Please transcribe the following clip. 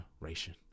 generation